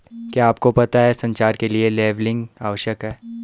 क्या आपको पता है संचार के लिए लेबलिंग आवश्यक है?